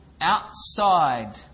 outside